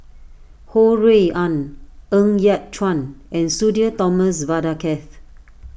Ho Rui An Ng Yat Chuan and Sudhir Thomas Vadaketh